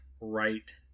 right